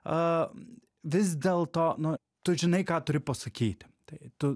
a vis dėlto nu tu žinai ką turi pasakyti tai tu